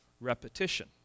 repetition